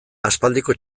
aspaldiko